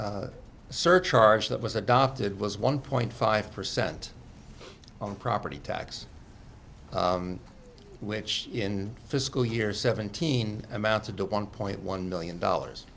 surcharge that was adopted was one point five percent on property tax which in fiscal year seventeen amounted to one point one million dollars